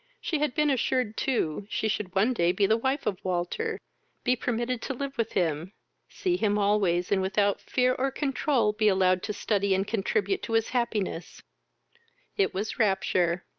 she had been assured too she should one day be the wife of walter be permitted to live with him see him always, and without fear or controul be allowed to study and contribute to his happiness it was rapture,